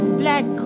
black